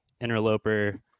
Interloper